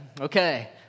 Okay